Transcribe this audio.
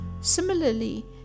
similarly